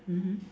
mmhmm